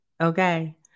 okay